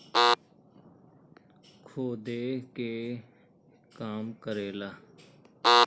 खोदे के काम करेला